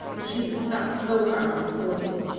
as she had sat spell-bound before him,